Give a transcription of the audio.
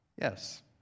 Yes